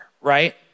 right